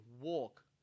walk